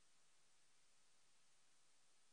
אני פותחת את ישיבת הוועדה בנושא הצעת חוק הארכת